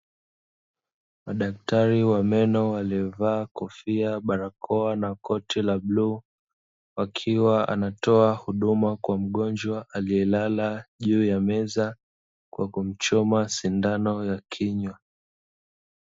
Madaktari wa meno waliovaa kofia, barakoa, na koti la bluu wakiwa wanatoa huduma kwa mgonjwa aliyelala juu ya meza kwa kumchoma sindano ya kinywa.